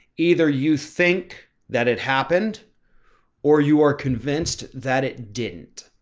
either you think that it happened or you are convinced that it didn't,